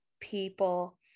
people